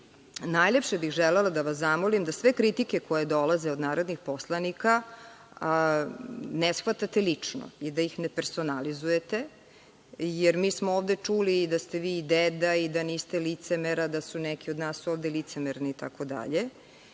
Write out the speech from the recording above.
najlepše bih želela da vas zamolim da sve kritike koje dolaze od narodnih poslanika ne shvatate lično i da ih ne personalizujete, jer mi smo ovde čuli i da ste vi deda, da niste licemer, da su neki od nas ovde licemerni, itd. Ja